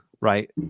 Right